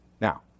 Now